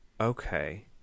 Okay